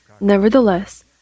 nevertheless